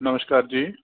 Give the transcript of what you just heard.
ਨਮਸ਼ਕਾਰ ਜੀ